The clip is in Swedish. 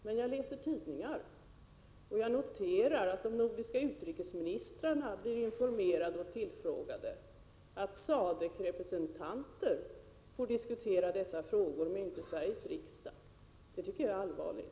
Men jag läser tidningar och har kunnat notera att de nordiska utrikesministrarna har informerats och blivit tillfrågade, att SADCC-representanter får diskutera dessa frågor men inte Sveriges riksdag. Detta tycker jag är allvarligt.